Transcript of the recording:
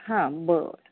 हां बरं